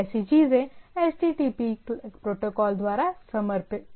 ऐसी चीजें HTTP protocol द्वारा समर्थित हैं